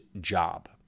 job